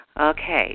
Okay